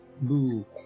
Boo